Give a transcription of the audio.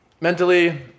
Mentally